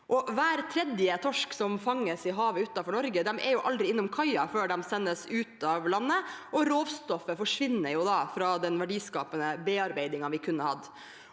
Hver tredje torsk som fanges i havet utenfor Norge, er aldri innom kaia før den sendes ut av landet, og råstoffet forsvinner jo da fra den verdiskapende bearbeidingen vi kunne hatt.